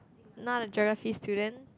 not a Geography student